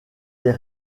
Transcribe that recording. des